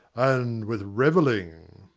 and with revelling.